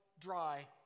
dry